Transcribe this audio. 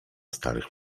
starych